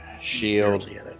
Shield